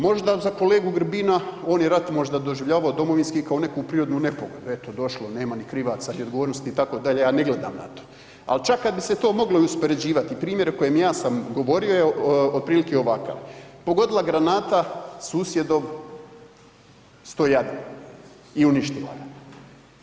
Možda za kolegu Grbina, on je rat doživljavao, domovinski kao neku prirodnu nepogodu, eto, došlo, nema ni krivaca ni odgovornosti, itd., ja ne gledam na to, ali čak kad bi se to moglo i uspoređivati, primjer o kojem ja sam govorio je otprilike ovakav, pogodila granata susjedov „Stojadin“ i uništila ga.